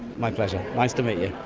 my pleasure, nice to meet you.